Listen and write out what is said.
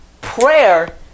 Prayer